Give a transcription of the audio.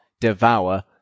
devour